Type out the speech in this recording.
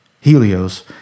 Helios